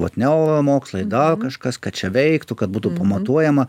vat neuromokslai dar kažkas ką čia veiktų kad būtų pamatuojama